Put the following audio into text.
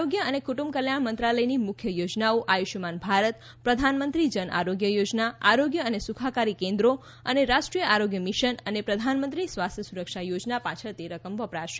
આરોગ્ય અને કુટુંબ કલ્યાણ મંત્રાલયની મુખ્ય યોજનાઓ આયુષ્માન ભારત પ્રધાનમંત્રી જન આરોગ્ય યોજના આરોગ્ય અને સુખાકારી કેન્દ્રો અને રાષ્ટ્રીય આરોગ્ય મિશન અને પ્રધાનમંત્રી સ્વાસ્થ્ય સુરક્ષા યોજના પાછળ તે રકમ વપરાશે